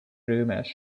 rumours